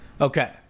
Okay